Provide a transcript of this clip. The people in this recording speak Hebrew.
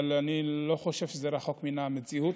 אבל אני לא חושב שזה רחוק מן המציאות.